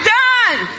done